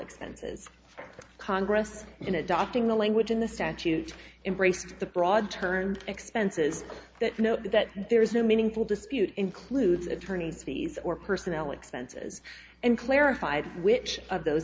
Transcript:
expenses congress in adopting the language in the statute embraced the broad turned expenses that note that there is no meaningful dispute includes attorneys fees or personnel expenses and clarified which of those